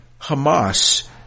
Hamas